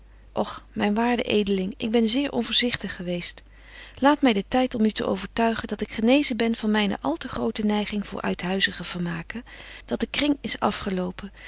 och myn waarde edeling ik ben zeer onvoorzichtig geweest laat my den tyd om u te overtuigen dat ik genezen ben van myne al te grote neiging voor uithuizige vermaken dat de kring is afgelopen